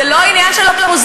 זה לא עניין של אופוזיציה.